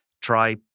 try